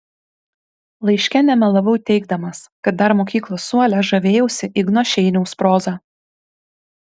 laiške nemelavau teigdamas kad dar mokyklos suole žavėjausi igno šeiniaus proza